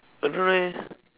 I don't know eh